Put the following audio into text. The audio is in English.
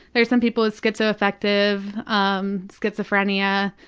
there are some people with schizoaffective, um schizophrenia,